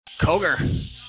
Koger